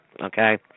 Okay